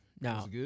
Now